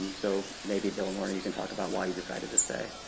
so maybe, bill and lorna, you can talk about why you decided to stay.